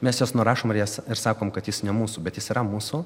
mes juos nurašom ir jie sa ir sakom kad jis ne mūsų bet jis yra mūsų